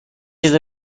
چیز